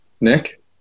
Nick